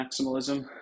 maximalism